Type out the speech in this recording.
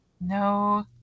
no